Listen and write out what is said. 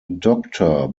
doctor